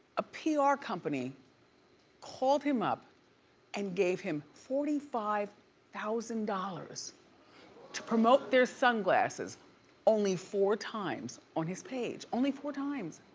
ah ah company called him up and gave him forty five thousand dollars to promote their sunglasses only four times on his page. only four times.